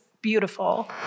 beautiful